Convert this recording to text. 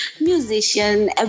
musician